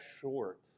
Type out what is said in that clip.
short